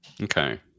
Okay